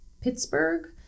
Pittsburgh